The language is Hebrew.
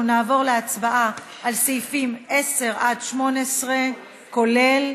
אנחנו נעבור להצבעה על סעיפים 10 18, כולל,